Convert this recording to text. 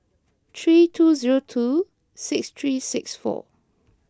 three two zero two six three six four